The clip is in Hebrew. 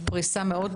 פריסה טובה מאוד,